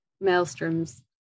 maelstroms